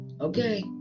Okay